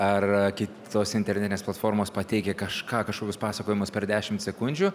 ar kitos internetinės platformos pateikia kažką kažkokius pasakojimus per dešim sekundžių